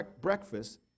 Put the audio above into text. breakfast